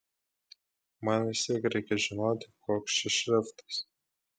man vis tiek reikia žinoti koks čia šriftas